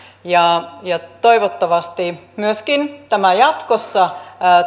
ja ja toivottavasti tämä myöskin jatkossa